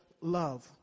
love